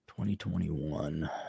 2021